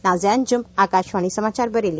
नाजिया अंजुम आकाशवाणी समाचार बरेली